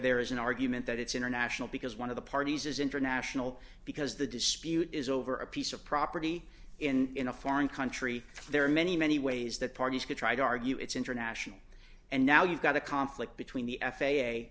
there is an argument that it's international because one of the parties is international because the dispute is over a piece of property in in a foreign country there are many many ways that parties could try to argue it's international and now you've got a conflict between the f